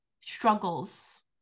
struggles